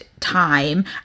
time